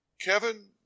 Kevin